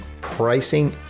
pricing